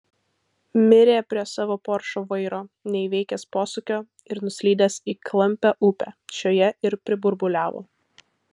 mirė prie savo poršo vairo neįveikęs posūkio ir nuslydęs į klampią upę šioje ir priburbuliavo